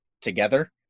together